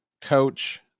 coach